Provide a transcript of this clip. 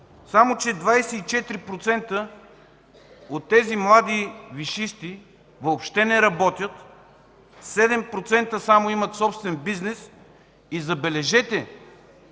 Само че 24% от тези млади висшисти въобще не работят, само 7% имат собствен бизнес, и забележете